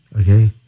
Okay